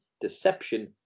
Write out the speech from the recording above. deception